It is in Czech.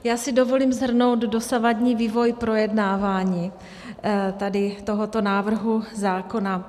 Já si dovolím shrnout dosavadní vývoj projednávání tady tohoto návrhu zákona.